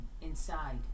inside